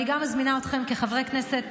אני מזמינה גם אתכם כחברי כנסת,